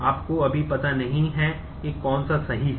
आपको अभी पता नहीं है कि कौन सा सही है